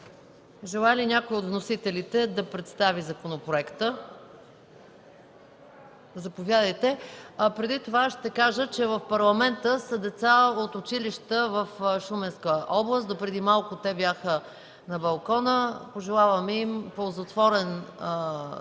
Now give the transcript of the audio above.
Желае ли някой от вносителите да представи законопроекта? Заповядайте. Преди това ще кажа, че в Парламента са деца от училище в Шуменска област. Допреди малко те бяха на балкона. Пожелаваме им ползотворен ден